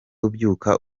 ubyuka